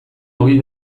ogi